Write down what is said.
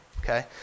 okay